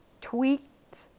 tweaked